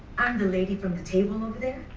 um the lady from the table over there.